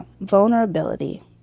Vulnerability